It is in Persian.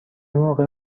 موقع